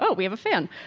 but we have a fan